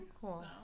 Cool